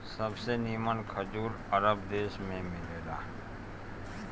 सबसे निमन खजूर अरब देश में मिलेला